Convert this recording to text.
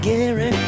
Gary